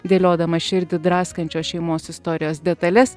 dėliodama širdį draskančios šeimos istorijos detales